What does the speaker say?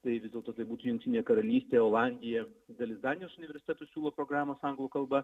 tai vis dėlto tai būtų jungtinė karalystė olandija dalis danijos universitetų siūlo programas anglų kalba